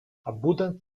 abundant